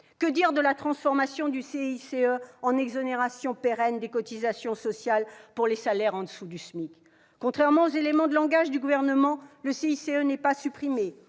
Que dire de la transformation du CICE en exonération pérenne des cotisations sociales pour les salaires en dessous du SMIC ? Contrairement aux éléments de langage du Gouvernement, le CICE n'est pas supprimé.